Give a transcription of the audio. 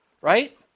right